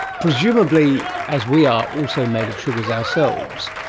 presumably as we are also made of sugars ourselves,